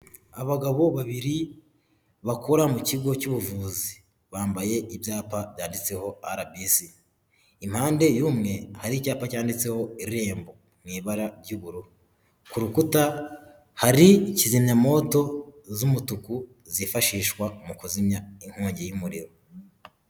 Abagabo babiri bakora mu kigo cy'ubuvuzi bambaye ibyapa byanditseho RBC, impande y'umwe hari icyapa cyanditseho irembo mu ibara ry'ubururu, ku rukuta hari kizimyamoto z'umutuku zifashishwa mu kuzimya inkongi y'umuriro.